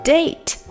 Date